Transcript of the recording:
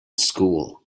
school